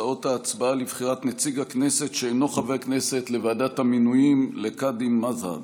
ההצבעה לבחירת נציג הכנסת שאינו חבר כנסת לוועדת המינויים לקאדים מד'הב.